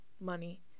money